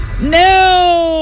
No